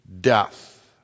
death